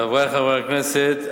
חברי חברי הכנסת,